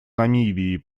намибии